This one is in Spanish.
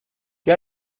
qué